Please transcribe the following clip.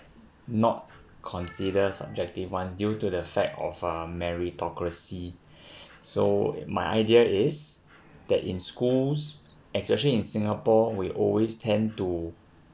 not consider subjective ones due to the fact of um meritocracy so my idea is that in schools especially in singapore we always tend to